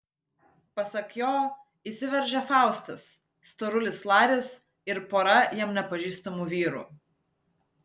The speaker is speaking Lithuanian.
pasak jo įsiveržė faustas storulis laris ir pora jam nepažįstamų vyrų